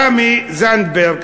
תמי זנדברג,